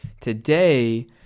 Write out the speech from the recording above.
Today